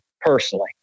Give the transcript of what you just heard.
personally